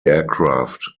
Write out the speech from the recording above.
aircraft